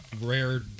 rare